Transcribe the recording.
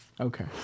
Okay